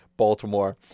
Baltimore